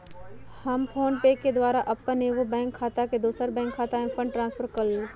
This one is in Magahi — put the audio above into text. हम फोनपे के द्वारा अप्पन एगो बैंक खता से दोसर बैंक खता में फंड ट्रांसफर क लेइले